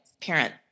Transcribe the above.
parent